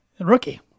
rookie